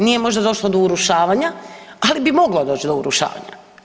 Nije možda došlo do urušavanja, ali bi moglo doći do urušavanja.